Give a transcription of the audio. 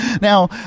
Now